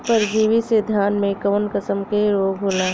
परजीवी से धान में कऊन कसम के रोग होला?